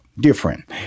Different